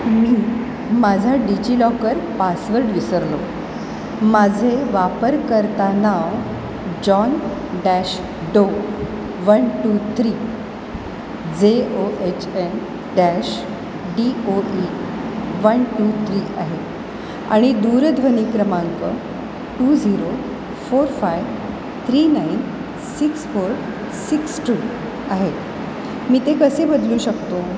मी माझा DigiLocker password विसरलो माझे वापरकर्ता नाव John dash Doe one two three J O H N dash D O E one two three आहे आणि दूरध्वनी क्रमांक two zero four five three nine six four six two आहे मी ते कसे बदलू शकतो